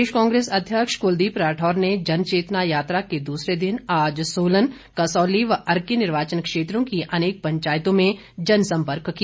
प्रदेश कांग्रेस अध्यक्ष क्लदीप राठौर ने जन चेतना यात्रा के द्सरे दिन आज सोलन कसौली व अर्की निर्वाचन क्षेत्रों की अनेक पंचायतों में जन सम्पर्क किया